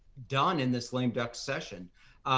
done in this lame duck session.